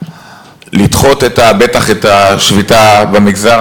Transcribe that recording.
לדחות בטח את השביתה במגזר.